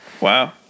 Wow